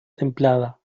templada